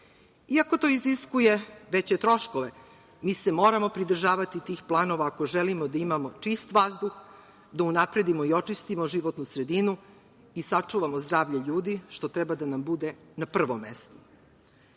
to iziskuje veće troškove, mi se moramo pridržavati tih planova, ako želimo da imamo čist vazduh, da unapredimo i očistimo životnu sredinu i sačuvamo zdravlje ljudi, što treba da nam bude na prvom